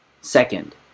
Second